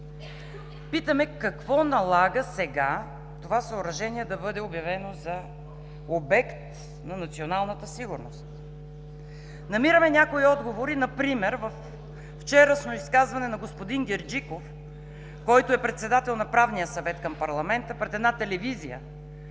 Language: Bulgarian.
Питаме: какво налага сега това съоръжение да бъде обявено за обект на националната сигурност? Намираме някои отговори например във вчерашно изказване на господин Герджиков, който е председател на Правния съвет към парламента, пред една телевизия,